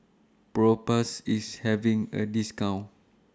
Propass IS having A discount